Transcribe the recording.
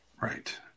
Right